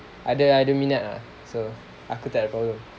ada ada minat ah so aku tak ada problem